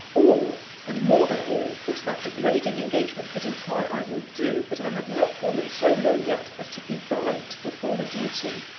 all, and more than all, which that degrading engagement could imply, i will do. but i have not fallen so low yet, as to be bribed to perform a duty.